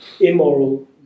Immoral